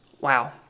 Wow